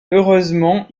heureusement